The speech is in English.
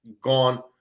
gone